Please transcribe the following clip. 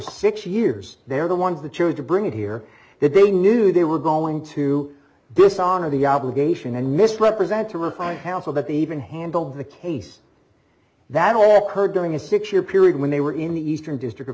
six years they are the ones that chose to bring it here that they knew they were going to dishonor the obligation and misrepresent to refine how so that even handled the case that all occurred during a six year period when they were in the eastern district of